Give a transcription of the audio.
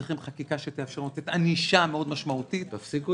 צריך חקיקה שתאפשר לתת ענישה מאוד משמעותית -- תפסיקו